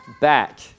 back